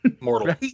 Mortal